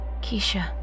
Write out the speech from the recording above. Keisha